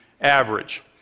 average